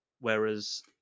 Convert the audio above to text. whereas